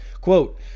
Quote